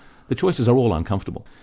the choices are all uncomfortable.